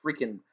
freaking